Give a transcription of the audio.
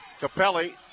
Capelli